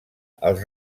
els